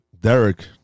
Derek